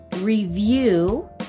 review